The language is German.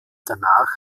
danach